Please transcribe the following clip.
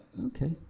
Okay